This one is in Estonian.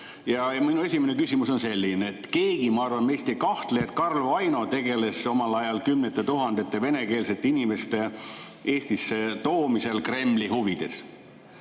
Minu esimene küsimus on selline. Keegi meist ei kahtle, et Karl Vaino tegeles omal ajal kümnete tuhandete venekeelsete inimeste Eestisse toomisel Kremli huvides.